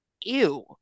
ew